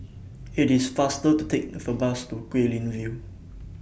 IT IS faster to Take For Bus to Guilin View